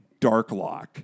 Darklock